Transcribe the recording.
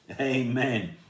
Amen